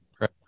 Right